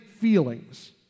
feelings